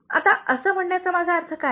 आता असे म्हणण्याचा माझा अर्थ काय